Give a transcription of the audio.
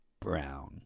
Brown